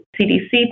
CDC